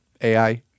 AI